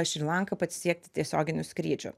šri lanką pasiekti tiesioginiu skrydžiu